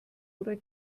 oder